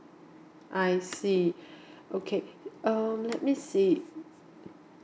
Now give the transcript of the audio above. I see okay um let me see